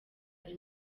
ari